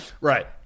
Right